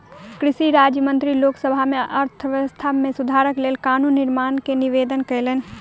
कृषि राज्य मंत्री लोक सभा में अर्थव्यवस्था में सुधारक लेल कानून निर्माण के निवेदन कयलैन